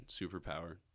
superpower